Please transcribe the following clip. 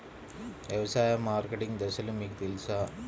వ్యవసాయ మార్కెటింగ్ దశలు మీకు తెలుసా?